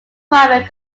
private